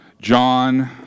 John